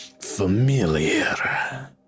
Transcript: familiar